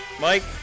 Mike